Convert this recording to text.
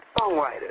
songwriters